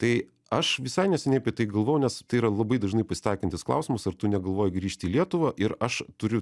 tai aš visai neseniai apie tai galvojau nes tai yra labai dažnai pasitaikantis klausimas ar tu negalvoji grįžti į lietuvą ir aš turiu